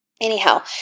Anyhow